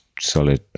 Solid